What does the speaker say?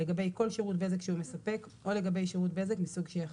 לגבי כל שירות בזק שהוא מספק או לגבי שירות בזק מסוג שיחליט.